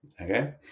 Okay